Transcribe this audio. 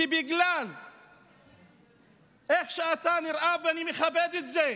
בגלל איך שאתה נראה, ואני מכבד את זה,